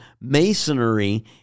masonry